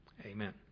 amen